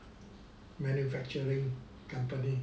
manufacturing company